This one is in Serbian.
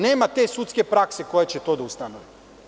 Nema te sudske prakse koja će to da ustanovi.